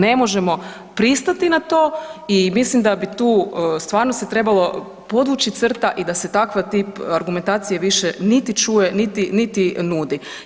Ne možemo pristati na to i mislim da bi tu stvarno se trebalo podvući crta i da se takav tip argumentacije više niti čuje, niti, niti nudi.